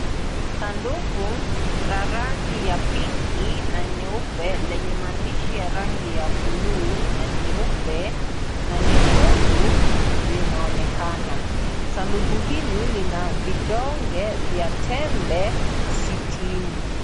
Sanduku la rangi ya pinki na nyeupe lenye maandishi ya rangi ya buluu na nyeupe na nyekundu linaonekana, sanduku hili lina vidonge vya tembe sitini.